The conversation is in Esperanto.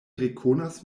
rekonas